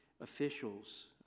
officials